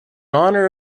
honor